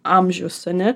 amžius ane